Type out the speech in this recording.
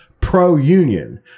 pro-union